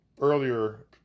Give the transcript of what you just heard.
earlier